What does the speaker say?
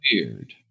weird